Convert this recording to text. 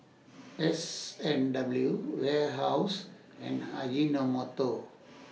S and W Warehouse and Ajinomoto